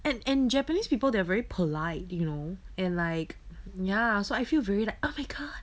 and and japanese people they're very polite you know and like ya so I feel like oh my god